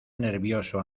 nervioso